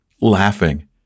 laughing